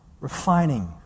refining